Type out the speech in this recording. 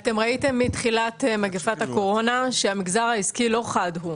ראיתם מתחילת מגפת הקורונה שהמגזר העסקי לא חד הוא,